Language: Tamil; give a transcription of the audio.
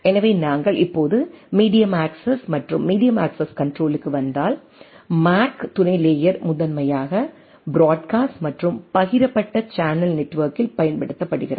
எனவே நாங்கள் இப்போது மீடியம் அக்சஸ் மற்றும் மீடியம் அக்சஸ் கண்ட்ரோலுக்கு வந்தால் மேக் துணை லேயர் முதன்மையாக பிராட்காஸ்ட் மற்றும் பகிரப்பட்ட சேனல் நெட்வொர்க்கில் பயன்படுத்தப்படுகிறது